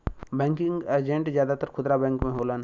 banking agent जादातर खुदरा bank में होलन